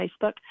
Facebook